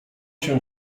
się